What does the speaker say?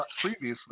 Previously